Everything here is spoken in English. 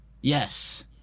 yes